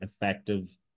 effective